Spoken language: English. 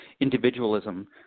individualism